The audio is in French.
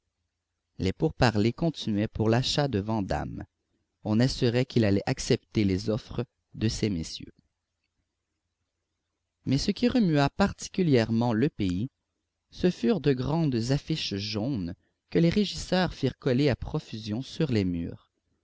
les pourparlers continuaient pour l'achat de vandame on assurait qu'il allait accepter les offres de ces messieurs mais ce qui remua particulièrement le pays ce furent de grandes affiches jaunes que les régisseurs firent coller à profusion sur les murs